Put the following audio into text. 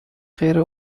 غیر